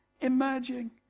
emerging